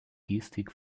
gestik